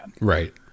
right